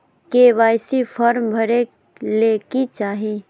KYC form भरे ले कि चाही?